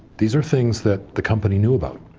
these are things that the company knew about.